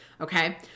Okay